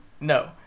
no